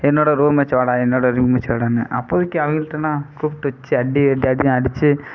என்னோடு roommates வாடா என்னோட ரூம் மேட்ச் வாடான்னு அப்போதைக்கு அவங்கள்ட்டனா கூப்பிட்டு வச்சு அடி அடி அடி அடின்னு அடித்து